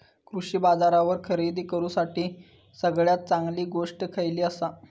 कृषी बाजारावर खरेदी करूसाठी सगळ्यात चांगली गोष्ट खैयली आसा?